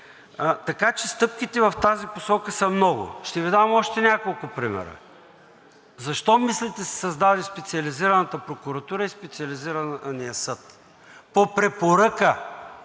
така че стъпките в тази посока са много. Ще Ви дам още няколко примера. Защо, мислите, се създаде Специализираната прокуратура и Специализираният съд? По препоръка